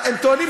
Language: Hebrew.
מה הם טוענים?